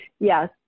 Yes